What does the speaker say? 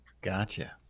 Gotcha